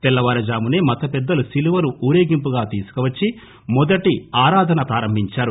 తెల్లవారుజామునే మతపెద్దలు సిలువను ఊరేగింపుగా తీసుకువచ్చి మొదటి ఆరాధన ప్రారంభించారు